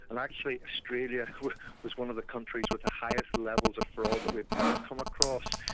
and actually australia was one of the countries with the highest levels of fraud that we've ever come across.